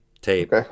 tape